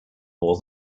more